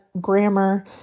grammar